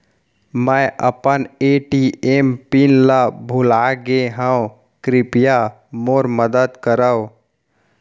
मै अपन ATM PIN ला भूलागे हव, कृपया मोर मदद करव